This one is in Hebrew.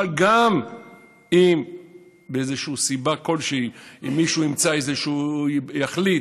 אבל גם אם מסיבה כלשהי מישהו ימצא או יחליט